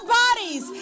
bodies